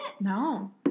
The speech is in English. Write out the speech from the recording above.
No